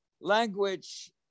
language